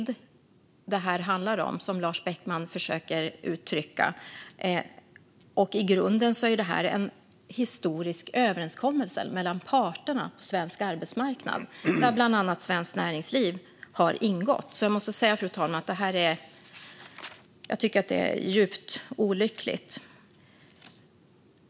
Det som Lars Beckman försöker att uttrycka handlar om en nidbild. I grunden är detta en historisk överenskommelse mellan parterna på svensk arbetsmarknad där bland annat Svenskt Näringsliv har ingått. Jag måste säga, fru talman, att jag tycker att det här är djupt olyckligt.